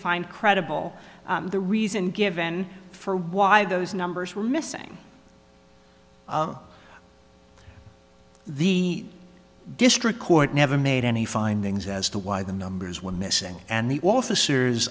find credible the reason given for why those numbers were missing the district court never made any findings as to why the numbers were missing and the officers